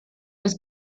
los